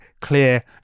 clear